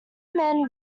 man